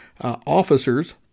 officers